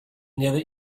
never